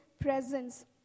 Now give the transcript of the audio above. presence